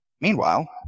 Meanwhile